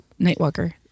Nightwalker